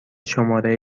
شماره